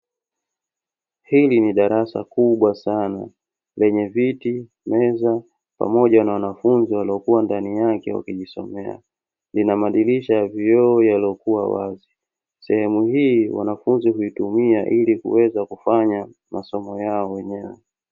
Hili ni darasa kubwa sana lenye viti, meza, pamoja na wanafunzi walokuwa ndani yake wakijisomea. Lina madirisha ya vioo yaliyokuwa wazi, sehemu hii wanafunzi huitumia ili kuweza kufanya masomo yao wenyewe.